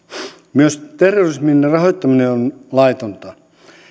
myös terrorismin rahoittaminen on laitonta